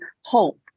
hope